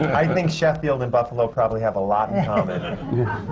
i think sheffield and buffalo probably have a lot in um and and